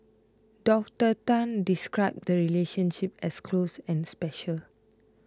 Doctor Tan described the relationships as close and special